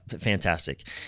fantastic